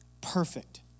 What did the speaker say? perfect